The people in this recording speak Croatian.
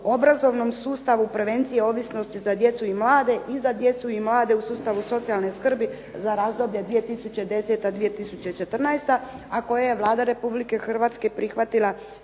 obrazovnom sustavu prevencije ovisnosti za djecu i mlade i za djecu i mlade u sustavu socijalne skrbi za razdoblje 2010.-2014. a koji je Vlada Republike Hrvatske prihvatila